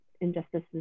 injustices